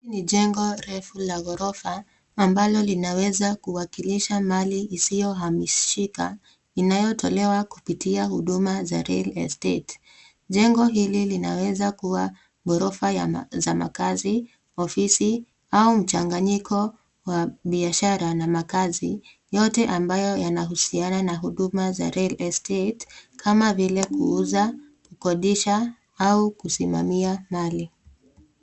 Ni jengo refu la ghorofa ambalo linaweza kuwakilisha mali isiyo hamishika, inayotolewa kupitia huduma za real estate. Jengo hili linaweza kuwa ghorofa za makazi, ofisi au mchanganyiko wa biashara na makazi yote ambayo yanahusiana na huduma za real estate kama vile kuuza, kukodisha au kusimamia mali.